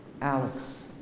Alex